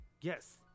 Yes